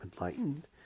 enlightened